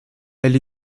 elle